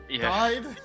died